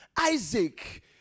Isaac